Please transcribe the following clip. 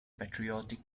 patriotic